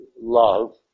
love